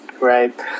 Right